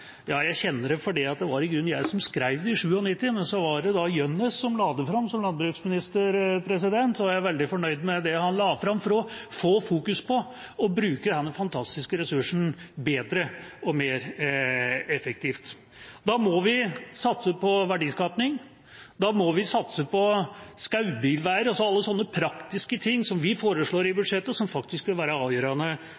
jeg kjenner dette fordi det var i grunnen jeg som skrev det i 1997, men det var Kåre Gjønnes som la det fram som landbruksminister. Jeg er veldig fornøyd med det han la fram for å fokusere på og bruke denne fantastiske ressursen bedre og mer effektivt. Da må vi satse på verdiskaping. Da må vi satse på skogsbilveier, alle sånne praktiske ting som vi foreslår i budsjettet, og som faktisk vil være avgjørende